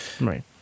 right